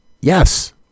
Yes